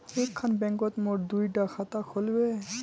एक खान बैंकोत मोर दुई डा खाता खुल बे?